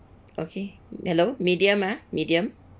okay hello medium ah medium